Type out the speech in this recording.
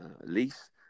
lease